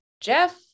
jeff